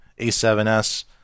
A7S